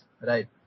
right